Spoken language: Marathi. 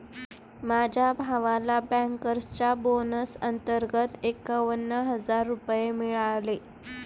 माझ्या भावाला बँकर्सच्या बोनस अंतर्गत एकावन्न हजार रुपये मिळाले